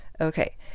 Okay